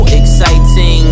exciting